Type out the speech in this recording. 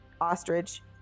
ostrich